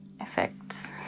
effects